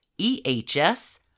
EHS